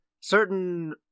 certain